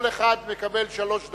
כל אחד מקבל שלוש דקות.